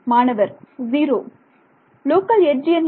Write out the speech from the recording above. மாணவர் zero local edge எண் என்ன